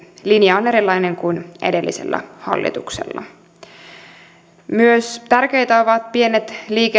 linja on erilainen kuin edellisellä hallituksella tärkeitä ovat myös pienet